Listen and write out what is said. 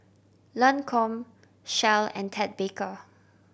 Lancome Shell and Ted Baker